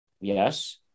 Yes